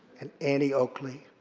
and annie oakley.